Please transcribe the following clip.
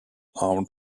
armed